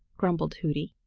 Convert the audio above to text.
grumbled hooty,